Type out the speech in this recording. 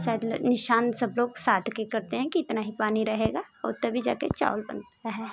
शायद निशान सब लोग साथ कि करते हैं कि इतना ही पानी रहेगा और तभी जा कर चावल बनता है